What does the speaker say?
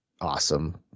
awesome